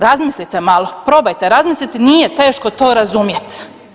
Razmislite malo, probajte razmisliti, nije teško to razumjeti.